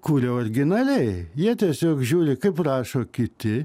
kuria originaliai jie tiesiog žiūri kaip rašo kiti